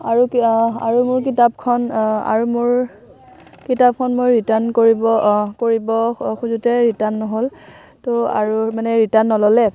আৰু কি আৰু মোৰ কিতাপখন আৰু মোৰ কিতাপখন মই ৰিটাৰ্ণ কৰিব কৰিব খোজোতেই মানে ৰিটাৰ্ণ নহ'ল ত' আৰু মানে ৰিটাৰ্ণ নল'লে